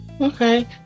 okay